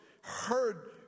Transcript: heard